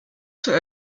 für